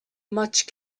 much